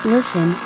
Listen